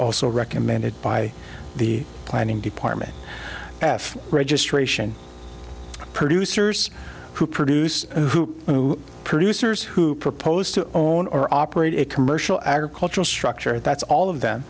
also recommended by the planning department f registration producers who produce producers who proposed to own or operate a commercial agricultural structure that's all of them